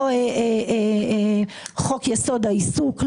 לא חוק יסוד העיסוק.